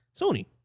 Sony